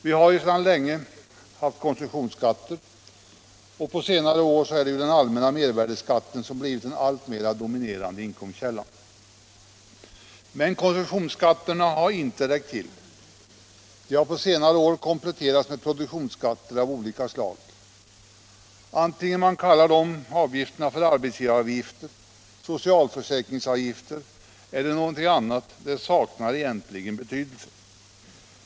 Vi har ju sedan länge haft konsumtionsskatter, och på senare år har den allmänna mervärdeskatten blivit den alltmer dominerande inkomstkällan. Men konsumtionsskatterna har inte räckt till. De har på senare år kompletterats med produktionsskatter av olika slag. Om man kallar dessa för arbetsgivaravgifter, socialförsäkringsavgifter eller något annat saknar egentligen betydelse.